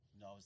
no